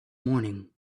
morning